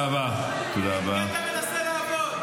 על מי אתה מנסה לעבוד?